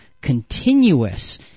continuous